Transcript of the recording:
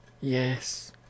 Yes